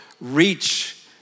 reach